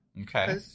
Okay